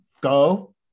go